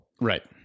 Right